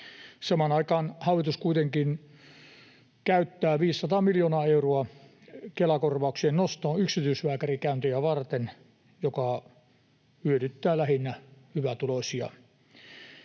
Samaan aikaan hallitus kuitenkin käyttää 500 miljoonaa euroa Kela-korvauksien nostoon yksityislääkärikäyntejä varten, mikä hyödyttää lähinnä hyvätuloisia.